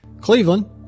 Cleveland